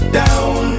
down